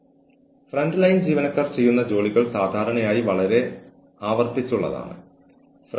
അവർ പറയുന്നതെന്തും അവർ പറയട്ടെ എല്ലാം അവൻ പുറത്തു പറയട്ടെ